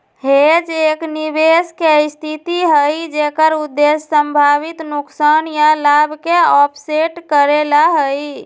hedge एक निवेश के स्थिति हई जेकर उद्देश्य संभावित नुकसान या लाभ के ऑफसेट करे ला हई